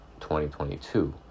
2022